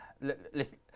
listen